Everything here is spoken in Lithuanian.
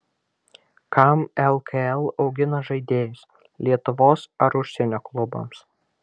kam lkl augina žaidėjus lietuvos ar užsienio klubams